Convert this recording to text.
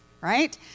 right